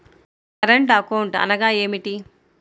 Current account అనగా ఏమిటి?